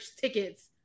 tickets